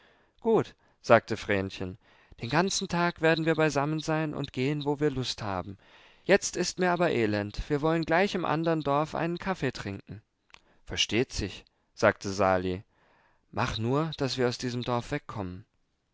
gut sagte vrenchen den ganzen tag werden wir beisammensein und gehen wo wir lust haben jetzt ist mir aber elend wir wollen gleich im andern dorf einen kaffee trinken versteht sich sagte sali mach nur daß wir aus diesem dorf wegkommen